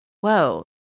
whoa